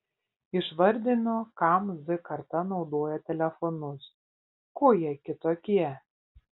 išvardino kam z karta naudoja telefonus kuo jie kitokie